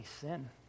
sin